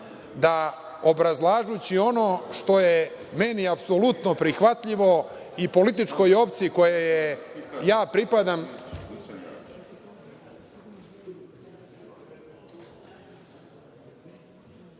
obrazlažući ono što je meni apsolutno prihvatljivo i političkoj opciji kojoj pripadam…